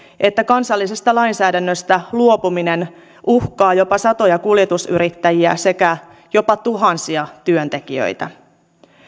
että kansallisesta lainsäädännöstä luopuminen uhkaa jopa satoja kuljetusyrittäjiä sekä jopa tuhansia työntekijöitä